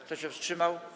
Kto się wstrzymał?